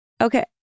Okay